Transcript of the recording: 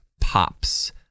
pops